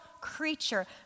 creature